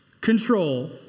control